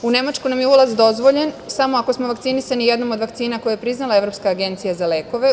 U Nemačku nam je ulaz dozvoljen samo ako smo vakcinisani jednom od vakcina koje je priznala Evropska agencija za lekove.